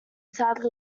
sadly